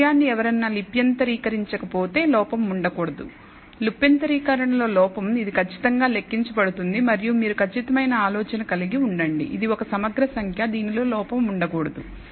ఈ విషయాన్ని ఎవరైనా లిప్యంతరీకరించకపోతే లోపం ఉండకూడదు లిప్యంతరీకరణలో లోపం ఇది ఖచ్చితంగా లెక్కించబడుతుంది మరియు మీరు ఖచ్చితమైన ఆలోచన కలిగి ఉండండి ఇది ఒక సమగ్ర సంఖ్య దీనిలో లోపం ఉండకూడదు